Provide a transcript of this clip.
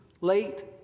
late